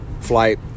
flight